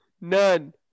none